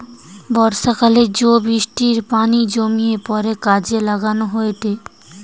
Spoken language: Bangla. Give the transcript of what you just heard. বর্ষাকালে জো বৃষ্টির পানি জমিয়ে পরে কাজে লাগানো হয়েটে